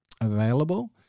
available